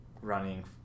running